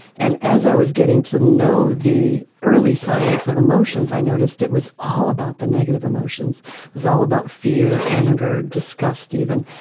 and as i was getting to know the early science of emotions i noticed it was all about the negative emotions, it was all about fear, anger, disgust even,